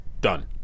done